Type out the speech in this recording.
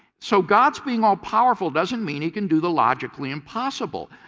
so god's being all powerful doesn't mean he can do the logically impossible.